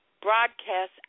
broadcast